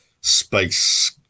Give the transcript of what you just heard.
space